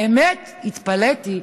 האמת, התפלאתי.